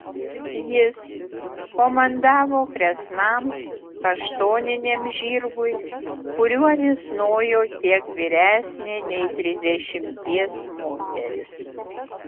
jis komandavo kresnam kaštoniniam žirgui kuriuo risnojo kiek vyresnė nei trisdešimties moteris